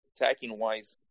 attacking-wise